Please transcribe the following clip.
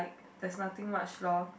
there's nothing much lor